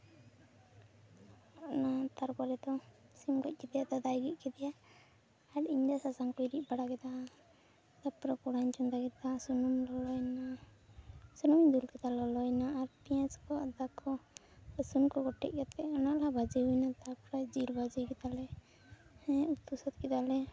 ᱚᱱᱟ ᱛᱟᱨᱯᱚᱨᱮ ᱫᱚ ᱥᱤᱢ ᱜᱚᱡ ᱠᱟᱛᱮ ᱫᱟᱫᱟᱭ ᱜᱮᱫ ᱠᱮᱫᱮᱭᱟ ᱟᱨ ᱤᱧ ᱫᱚ ᱥᱚᱥᱚᱝ ᱠᱩᱧ ᱨᱤᱫ ᱵᱟᱲᱟ ᱠᱮᱫᱟ ᱛᱟᱯᱚᱨᱮ ᱠᱚᱲᱦᱟᱧ ᱪᱚᱸᱫᱟ ᱠᱮᱫᱟ ᱥᱩᱱᱩᱢ ᱫᱩᱞ ᱠᱮᱫᱟ ᱥᱩᱱᱩᱢᱤᱧ ᱞᱚᱞᱚᱭᱱᱟ ᱥᱩᱱᱩᱢ ᱫᱩᱞ ᱠᱟᱛᱮ ᱞᱚᱞᱚᱭᱱᱟ ᱟᱨ ᱯᱮᱸᱭᱟᱡᱽ ᱠᱚ ᱟᱫᱟ ᱠᱚ ᱨᱟᱹᱥᱩᱱ ᱠᱚ ᱠᱚᱴᱮᱡ ᱠᱟᱛᱮ ᱚᱱᱟ ᱫᱚ ᱵᱟᱡᱮ ᱦᱩᱭᱱᱟ ᱛᱟᱯᱚᱨᱮ ᱡᱤᱞ ᱵᱷᱟᱹᱡᱤ ᱠᱮᱫᱟᱞᱮ ᱦᱮᱸ ᱩᱛᱩ ᱥᱟᱹᱛ ᱠᱮᱫᱟᱞᱮ